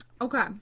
Okay